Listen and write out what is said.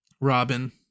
Robin